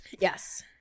yes